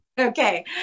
okay